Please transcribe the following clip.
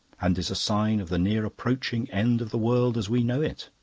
and is a sign of the near approaching end of the world as we know it.